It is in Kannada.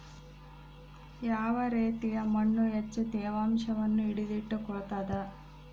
ಯಾವ ರೇತಿಯ ಮಣ್ಣು ಹೆಚ್ಚು ತೇವಾಂಶವನ್ನು ಹಿಡಿದಿಟ್ಟುಕೊಳ್ತದ?